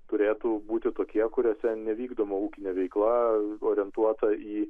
turėtų būti tokie kuriuose nevykdoma ūkinė veikla orientuota į